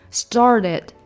started